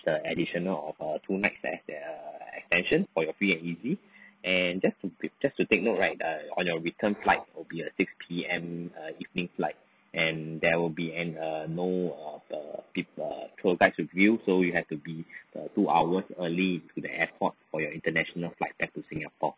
the additional of err two nights there there extension for your free and easy and just to take just to take note right the on your return flight will be at six P_M err evening flight and there will be an uh no of err err tour guides with you so you have to be err two hours early to the airport for your international flight back to singapore